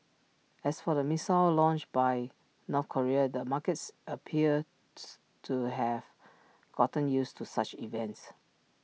as for the missile launch by North Korea the markets appears to have gotten used to such events